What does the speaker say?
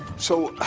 so,